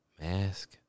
Mask